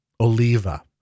Oliva